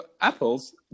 apples